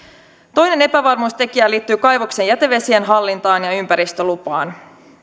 toinen epävarmuustekijä liittyy kaivoksen jätevesien hallintaan ja ja ympäristölupaan